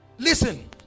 Listen